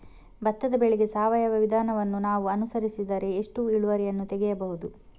ಭತ್ತದ ಬೆಳೆಗೆ ಸಾವಯವ ವಿಧಾನವನ್ನು ನಾವು ಅನುಸರಿಸಿದರೆ ಎಷ್ಟು ಇಳುವರಿಯನ್ನು ತೆಗೆಯಬಹುದು?